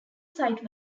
site